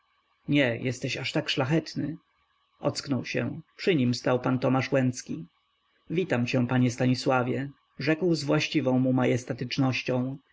nie jesteś aż tak szlachetny ocknął się przy nim stał pan tomasz łęcki witam cię panie stanisławie rzekł z właściwą